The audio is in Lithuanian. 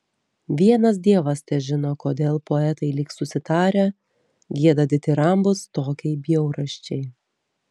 vienas dievas težino kodėl poetai lyg susitarę gieda ditirambus tokiai bjaurasčiai